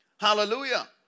Hallelujah